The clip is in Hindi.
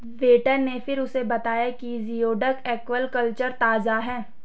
वेटर ने फिर उसे बताया कि जिओडक एक्वाकल्चर ताजा है